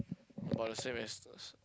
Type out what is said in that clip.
about the same as the s~